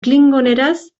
klingoneraz